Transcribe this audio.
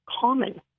common